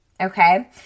Okay